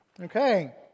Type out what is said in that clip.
Okay